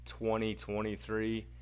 2023